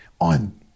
on